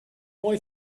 boy